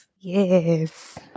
Yes